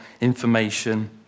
information